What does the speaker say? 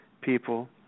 people